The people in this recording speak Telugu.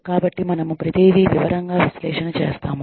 కాబట్టి మనము ప్రతిదీ వివరంగా విశ్లేషణ చేస్తాము